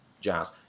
jazz